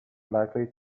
likely